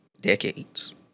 decades